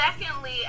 Secondly